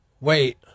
wait